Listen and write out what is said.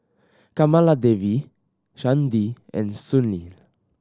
Kamaladevi Chandi and Sunil